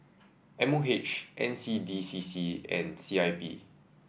M O H N C D C C and C I P